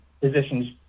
positions